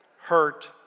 hurt